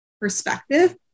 perspective